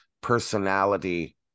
personality